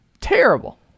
Terrible